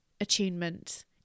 attunement